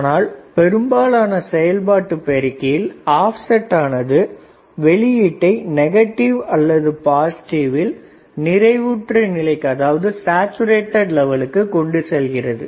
ஆனால் பெரும்பாலான செயல்பாட்டு பெருக்கியில் ஆப்செட் ஆனது வெளியீட்டை நெகட்டிவ் அல்லது பாசிட்டிவ் இல் நிறைவுற்ற நிலைக்கு கொண்டு செல்கிறது